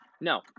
no